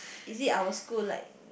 is it our school like